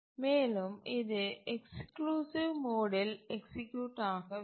மேலும் இது எக்ஸ்க்ளூசிவ் மோடில் எக்சீக்யூட் ஆக வேண்டும்